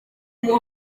uyu